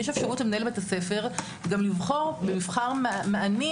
יש אפשרות שמנהל בית-הספר גם יבחר במבחר מענים